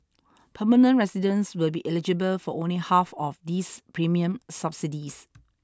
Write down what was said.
permanent residents will be eligible for only half of these premium subsidies